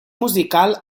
musical